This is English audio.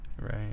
Right